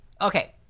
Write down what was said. Okay